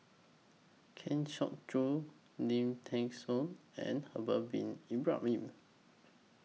Kang Siong Joo Lim Thean Soo and Haslir Bin Ibrahim